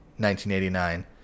1989